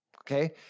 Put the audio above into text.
okay